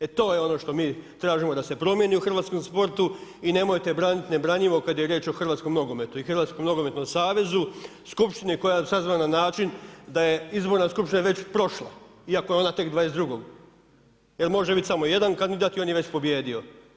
E to je ono što mi tražimo da se promijeni u hrvatskom sportu i nemojte braniti nebranjivo kad je riječ o hrvatskom nogometu i HNS-u, skupština koja je sazvana na način da je izborna skupština već prošla iako je ona tek 22.-og jer može biti samo jedan kandidat i on je već pobijedio.